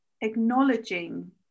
acknowledging